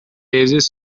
raises